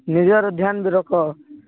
ନିଜର ଧ୍ୟାନ ବି ରଖ